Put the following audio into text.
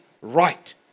right